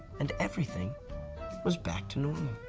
and everything was back to normal.